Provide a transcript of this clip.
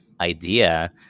idea